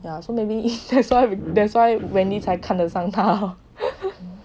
yeah so maybe that's why that's why wendy 才看上他 lor